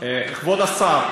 כבוד השר,